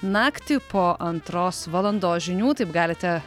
naktį po antros valandos žinių taip galite